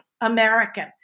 American